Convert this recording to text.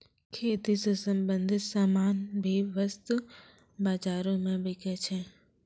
खेती स संबंछित सामान भी वस्तु बाजारो म बिकै छै